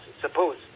suppose